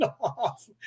off